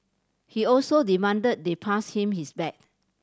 he also demanded they pass him his bag